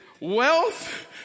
wealth